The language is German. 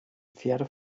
pferde